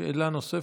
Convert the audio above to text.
שאלה נוספת.